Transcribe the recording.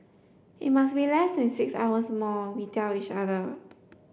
it must be less than six hours more we tell each other